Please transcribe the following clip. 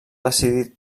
decidit